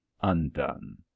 Undone